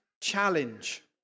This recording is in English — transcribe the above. challenge